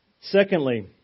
Secondly